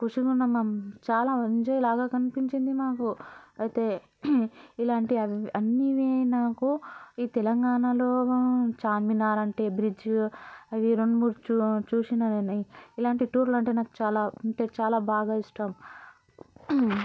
కుషీగా ఉనం మేము చాల ఎంజాయ్ లాగా కనిపించింది నాకు అయితే ఇలాంటి అన్నివి నాకు ఈ తెలంగాణాలో చార్మినార్ అంటే బ్రిడ్జి అవి రెండు మూడు చూసినవి ఇలాంటి టూర్లంటే నాకు చాలా అంటే చాలా బాగా ఇష్టం